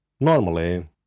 Normally